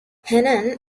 henan